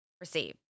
receive